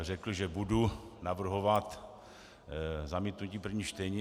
Řekl jsem, že budu navrhovat zamítnutí v prvním čtení.